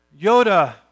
Yoda